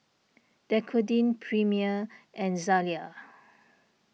Dequadin Premier and Zalia